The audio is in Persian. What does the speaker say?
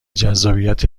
جذابیت